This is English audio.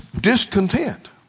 discontent